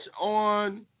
on